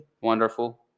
wonderful